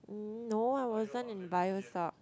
no I wasn't in bio soc~